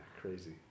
crazy